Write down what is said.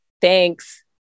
Thanks